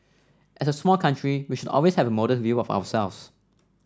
as a small country we should always have a modest view of ourselves